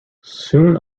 soon